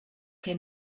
came